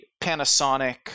Panasonic